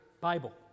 Bible